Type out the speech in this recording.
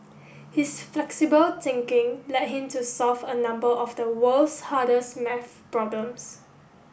his flexible thinking led him to solve a number of the world's hardest maths problems